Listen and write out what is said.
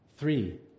Three